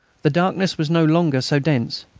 the darkness was no longer so dense.